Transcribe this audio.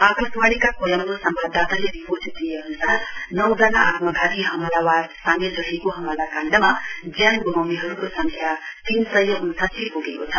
आकाशवाणीका कोलम्बो सम्वाददाताले रिपोर्ट दिए अनुसार नौ जना आत्मघाती हमलावार सामेल रहेको हमला काण्डमा ज्यान ग्माउनेहरूको संख्या तीन सय उन्साठी पुगेको छ